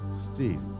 Steve